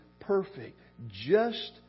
perfect—just